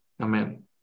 Amen